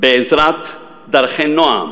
בעזרת דרכי נועם